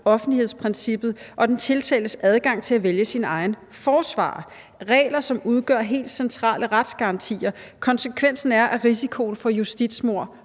offentlighedsprincippet og den tiltaltes adgang til at vælge sin egen forsvarer. Regler, som udgør helt centrale retsgarantier. Konsekvensen er, at risikoen for justitsmord